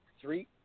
three